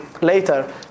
later